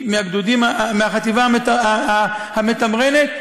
החטיבה המתמרנת,